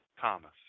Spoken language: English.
Thomas